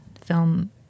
film